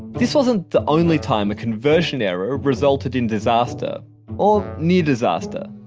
this wasn't the only time a conversion error resulted in disaster or near disaster.